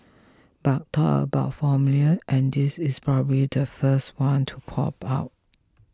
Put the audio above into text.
but talk about formulae and this is probably the first one to pop up